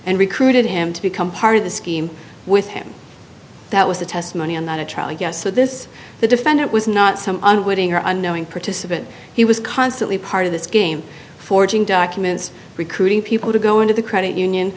and recruited him to become part of the scheme with him that was the testimony and not a trial i guess so this the defendant was not some unwitting or unknowing participant he was constantly part of this game forging documents recruiting people to go into the credit union